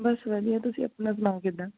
ਬਸ ਵਧੀਆ ਤੁਸੀਂ ਆਪਣਾ ਸੁਣਾਓ ਕਿੱਦਾਂ